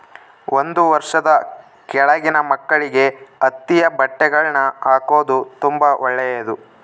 ಒಂದು ವರ್ಷದ ಕೆಳಗಿನ ಮಕ್ಕಳಿಗೆ ಹತ್ತಿಯ ಬಟ್ಟೆಗಳ್ನ ಹಾಕೊದು ತುಂಬಾ ಒಳ್ಳೆದು